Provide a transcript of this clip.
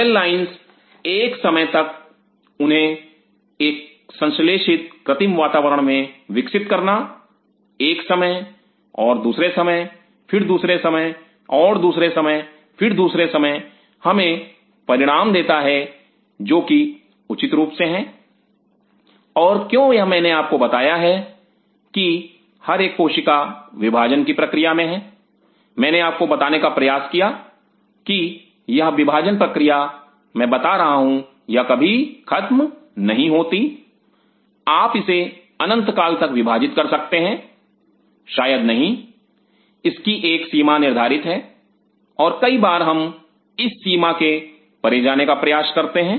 cell lines एक समय तक उन्हें एक संश्लेषित कृत्रिम वातावरण में विकसित करना एक समय और दूसरे समय फिर दूसरे समय और दूसरे समय फिर दूसरे समय हमें परिणाम देता है जो कि उचित रूप से हैं Refer Time 2212 और क्यों यह मैंने आपको बताया है कि हर एक कोशिका विभाजन की प्रक्रिया मे है मैंने आपको बताने का प्रयास किया कि यह विभाजन प्रक्रिया मैं बता रहा हूं यह कभी खत्म नहीं होती आप इसे अनंत काल तक विभाजित कर सकते हैं शायद नहीं इसकी एक निर्धारित सीमा है और कई बार हम इस सीमा के परे जाने का प्रयास करते हैं